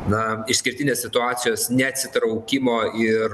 na išskirtinės situacijos neatsitraukimo ir